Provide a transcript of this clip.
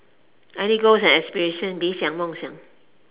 any goals and aspirations 理想梦想